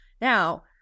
now